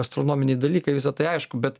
astronominiai dalykai visa tai aišku bet